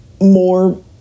more